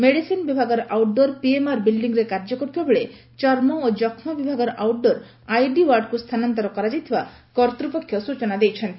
medicine ବିଭାଗର outdoor PMR ବିଲ୍ଡିଂରେ କାର୍ଯ୍ୟ କରୁଥିବାବେଳେ ଚର୍ମ ଓ ଯକ୍କା ବିଭାଗର ଆଉଟ୍ଡୋର ଆଇଡି ଓ୍ୱାର୍ଡକୁ ସ୍ଥାନାନ୍ତର କରାଯାଇଥିବା କର୍ତ୍ତୃପକ୍ଷ ସୂଚନା ଦେଇଛନ୍ତି